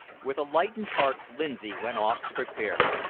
with a lightened heart lindsay went off to prepare,